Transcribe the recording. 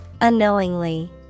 Unknowingly